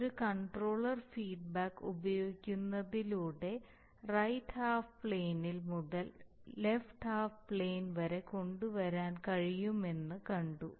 ഒരു controller feedback ഉപയോഗിക്കുന്നതിലൂടെ right half പ്ലെയിനിൽ മുതൽ ലെഫ്റ്റ് ഹാഫ് പ്ലെയിൻ വരെ കൊണ്ടുവരാൻ കഴിയുമെന്ന് കണ്ടു